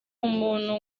umuntu